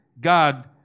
God